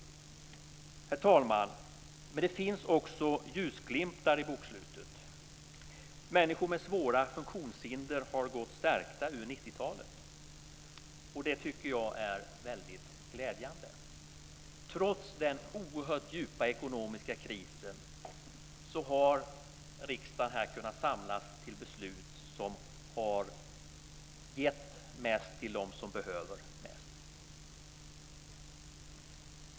Herr talman! Det finns också ljusglimtar i bokslutet. Människor med svåra funktionshinder har gått stärkta ur 90-talet. Jag tycker att det är väldigt glädjande. Trots den oerhört djupa ekonomiska krisen har riksdagen kunnat samlas till beslut som har gett mest till dem som behöver mest.